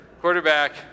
Quarterback